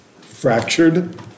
Fractured